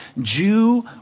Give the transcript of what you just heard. Jew